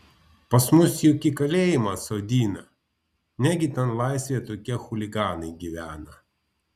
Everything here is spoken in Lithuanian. pas mus juk į kalėjimą sodina negi ten laisvėje tokie chuliganai gyvena